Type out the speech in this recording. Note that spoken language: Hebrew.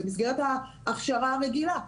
זה במסגרת ההכשרה הרגילה.